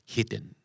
Hidden